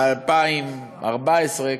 ב-2014,